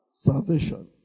salvation